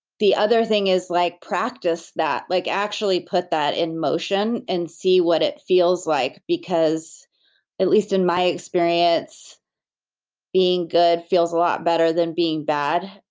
the other thing is like practice that. that. like actually put that in motion and see what it feels like, because at least in my experience being good feels a lot better than being bad,